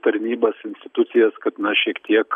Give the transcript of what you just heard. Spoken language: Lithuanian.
tarnybas institucijas kad na šiek tiek